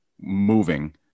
moving